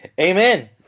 Amen